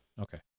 Okay